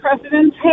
presidents